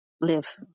live